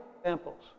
examples